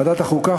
ועדת החוקה,